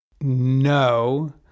No